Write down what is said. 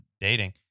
dating